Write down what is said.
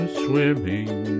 swimming